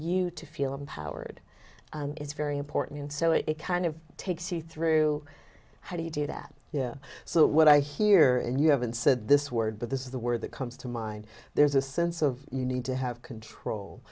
you to feel empowered is very important and so it kind of takes you through how do you do that yeah so what i hear and you haven't said this word but this is the word that comes to mind there's a sense of you need to have control